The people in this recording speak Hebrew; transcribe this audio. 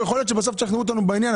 יכול להיות שבסוף תשכנעו אותנו בעניין,